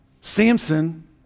Samson